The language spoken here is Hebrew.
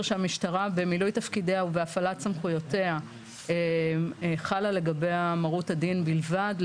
שהמשטרה במילוי תפקידיה ובהפעלת סמכויותיה חלה לגביה מרות הדין בלבד,